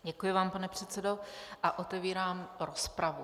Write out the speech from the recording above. Děkuji vám, pane předsedo, a otevírám rozpravu.